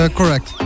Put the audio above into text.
correct